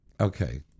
Okay